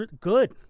good